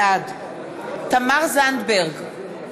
בעד תמר זנדברג,